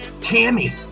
Tammy